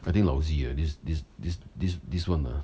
I think lousy ah this this this this this one ah